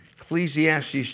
Ecclesiastes